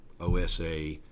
OSA